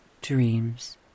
dreams